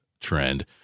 trend